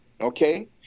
Okay